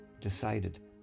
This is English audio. decided